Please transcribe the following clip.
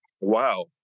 wow